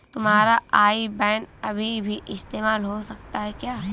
तुम्हारा IBAN अभी भी इस्तेमाल हो सकता है क्या?